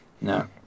No